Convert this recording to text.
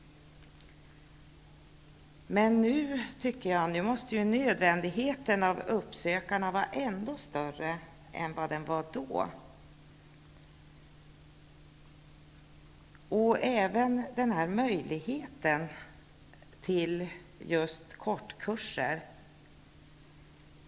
Nu tycker jag att nödvändigheten av uppsökande verksamhet måste vara ännu större än vad den var då. Det gäller även möjligheten till kortkurser.